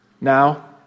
Now